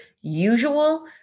usual